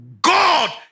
God